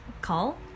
Call